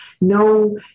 no